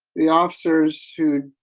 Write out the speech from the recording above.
the officers who.